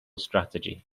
strategy